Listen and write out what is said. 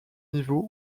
niveau